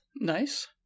Nice